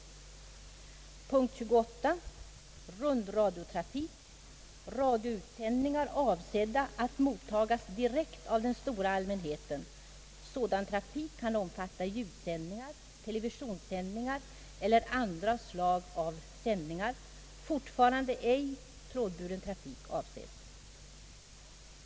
I punkt 28 säges om rundradiotrafik: »Radioutsändningar avsedda att mottagas direkt av den stora allmänheten. Sådan trafik kan omfatta ljudsändningar, televisionssändningar eller andra slag av ledningar.» Fortfarande avses ej trådburen trafik.